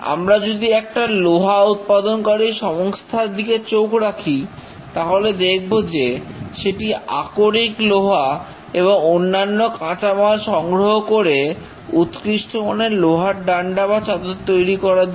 আমরা যদি একটা লোহা উৎপাদনকারী সংস্থার দিকে চোখ রাখি তাহলে দেখব যে সেটি আকরিক লোহা এবং অন্যান্য কাঁচামাল সংগ্রহ করে উৎকৃষ্টমানের লোহার ডান্ডা বা চাদর তৈরি করার জন্য